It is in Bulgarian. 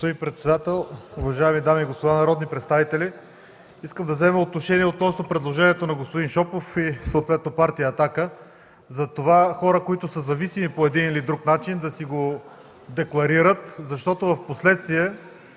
Господин председател, уважаеми дами и господа народни представители! Искам да взема отношение относно предложението на господин Шопов и съответно Партия „Атака” за това хора, които са зависими по един или друг начин да го декларират, защото впоследствие